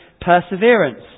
perseverance